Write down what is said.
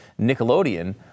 Nickelodeon